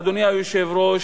אדוני היושב-ראש,